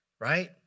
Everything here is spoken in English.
right